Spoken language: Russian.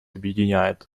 объединяет